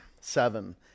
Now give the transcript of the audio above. seven